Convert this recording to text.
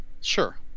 Sure